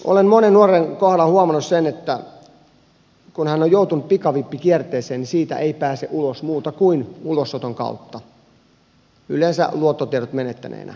olen monen nuoren kohdalla huomannut sen että kun hän on joutunut pikavippikierteeseen niin siitä ei pääse ulos muuten kuin ulosoton kautta yleensä luottotiedot menettäneenä